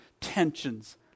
tensions